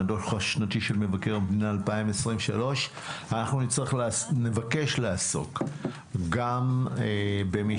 הדוח השנתי של מבקר המדינה 2023. אנחנו נבקש לעסוק גם במיטות,